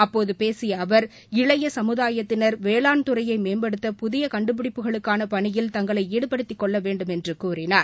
அப்போதபேசியஅவர் இளையசமுதாயத்தினர் வேளாண் துறையைம்படுத்த புதியகண்டுபிடிப்புகளுக்கானபணியில் தங்களைஈடுபடுத்திக் கொள்ளவேண்டும் என்றுகூறினார்